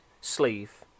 sleeve